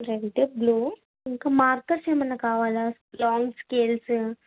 red blue ఇంకా markers ఏమైనా కావాలా రౌండ్ స్కేల్సు